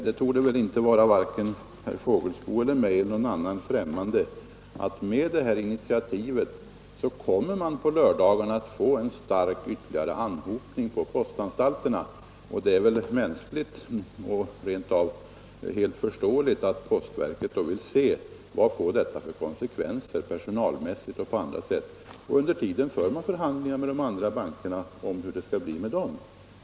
Det torde inte vara främmande för vare sig herr Fågelsbo eller någon annan att initiativet kommer att medföra en ytterligare anhopning på postanstalterna på lördagarna. Det är väl mänskligt och rent av helt förståeligt att postverket vill se vad detta får för konsekvenser, personalmässigt och på andra sätt. Under tiden förs förhandlingar med de andra bankerna.